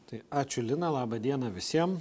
tai ačiū lina laba diena visiem